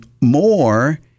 more